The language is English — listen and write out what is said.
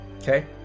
Okay